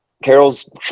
Carol's